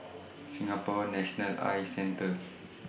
Singapore National Eye Centre